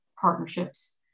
partnerships